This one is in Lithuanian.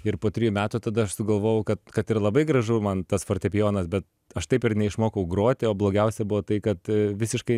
ir po trijų metų tada aš sugalvojau kad kad ir labai gražu man tas fortepijonas be aš taip ir neišmokau groti o blogiausia buvo tai kad visiškai